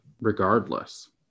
regardless